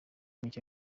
mike